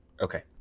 Okay